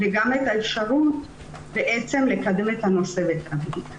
וגם את האפשרות לקדם את הנושא לתמיד.